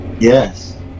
yes